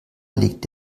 liegt